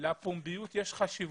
לפומביות יש חשיבות.